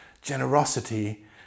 generosity